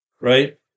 right